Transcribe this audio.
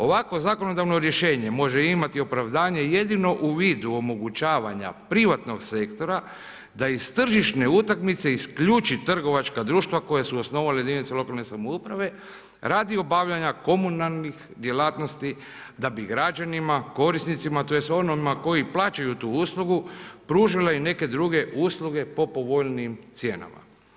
Ovakvo zakonodavno rješenje može imati opravdanje jedino u vidu omogućavanja privatnog sektora da iz tržišne utakmice isključi trovačka društva koje su osnovale jedinice lokalne samouprave radi obavljanja komunalnih djelatnosti, da bi građanima korisnicima, tj. onima koji plaćaju tu uslugu, pružile i neke druge usluge, po povoljnijim cijenama.